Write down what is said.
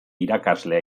irakaslea